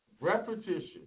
repetition